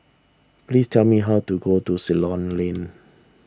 please tell me how to go to Ceylon Lane